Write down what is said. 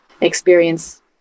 experience